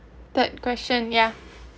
third question ya